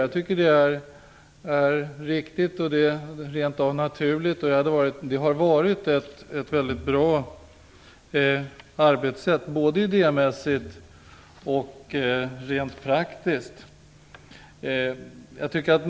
Jag tycker att det är riktigt och rent av naturligt. Det har varit ett väldigt bra arbetssätt både idémässigt och rent praktiskt.